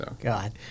God